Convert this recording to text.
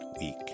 week